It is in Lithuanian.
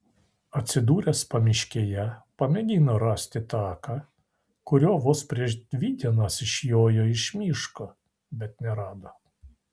atsidūręs pamiškėje pamėgino rasti taką kuriuo vos prieš dvi dienas išjojo iš miško bet nerado